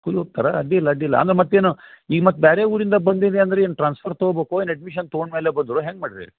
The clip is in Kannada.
ಸ್ಕೂಲಿಗೆ ಹೋಗ್ತಾರಾ ಅಡ್ಡಿಲ್ಲ ಅಡ್ಡಿಯಿಲ್ಲ ಹಂಗೆ ಮತ್ತೇನು ಈಗ ಮತ್ತೆ ಬೇರೆ ಊರಿಂದ ಬಂದೀರಿ ಅಂದ್ರೆ ಏನು ಟ್ರಾನ್ಸ್ಫರ್ ತೊಗೋಬೋಕೋ ಏನು ಎಡ್ಮಿಷನ್ ತೊಗೊಂಡ ಮೇಲೆ ಬಂದಿರೋ ಹ್ಯಾಂಗೆ ಮಾಡಿರಿ